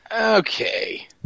Okay